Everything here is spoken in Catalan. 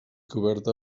coberta